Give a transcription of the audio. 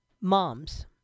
moms